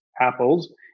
apples